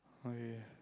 okay